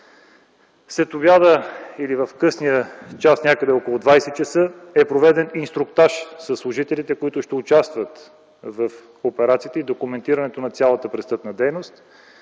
Следобед или в късния час, някъде около 20,00 ч. е проведен инструктаж със служителите, които ще участват в операцията и документирането на цялата престъпна дейност,